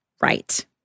right